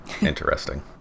interesting